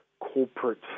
corporate